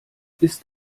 ist